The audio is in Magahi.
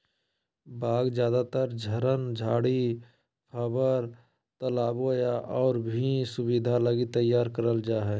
बाग ज्यादातर झरन, झाड़ी, फव्वार, तालाबो या और भी सुविधा लगी तैयार करल जा हइ